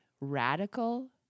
radical